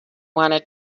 wanted